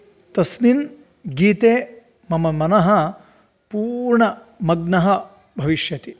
तस्मिन् गीते मम मनः पूर्णमग्नः भविष्यति